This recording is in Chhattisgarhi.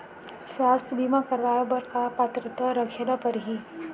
स्वास्थ्य बीमा करवाय बर का पात्रता रखे ल परही?